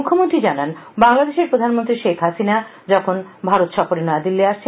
মুখ্যমন্ত্রী জানান বাংলাদেশের প্রধানমন্ত্রী শেখ হাসিনা ভারত সফরে ন্যাদিল্লি আসছেন